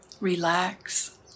relax